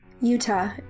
Utah